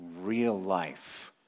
real-life